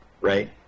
right